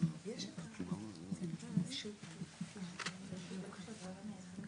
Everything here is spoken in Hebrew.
יש את הסמכויות של הוועדה לעניין הפקודה,